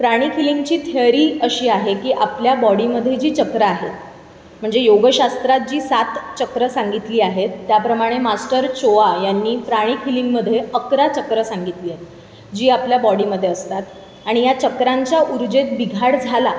प्राणिक हिलिंगची थिअरी अशी आहे की आपल्या बॉडीमध्ये जी चक्रं आहेत म्हणजे योगशास्त्रात जी सात चक्रं सांगितली आहेत त्याप्रमाणे मास्टर छोआ यांनी प्राणिक हिलिंगमध्ये अकरा चक्रं सांगितली आहेत जी आपल्या बॉडीमध्ये असतात आणि या चक्रांच्या ऊर्जेत बिघाड झाला